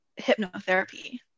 hypnotherapy